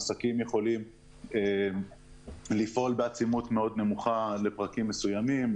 עסקים יכולים לפעול בעצימות מאוד נמוכה לפרקים מסוימים,